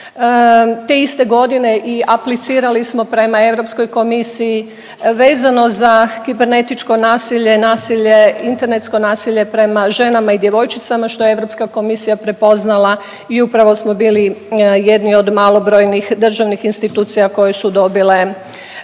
Te iste godine i aplicirali smo prema EK, vezano za kibernetičko nasilje, nasilje, internetsko nasilje prema ženama i djevojčicama, što je EK komisija prepoznala i upravo smo bili jedni od malobrojnih državnih institucija koje su dobile tu,